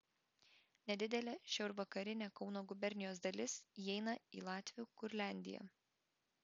nedidelė šiaurvakarinė kauno gubernijos dalis įeina į latvių kurliandiją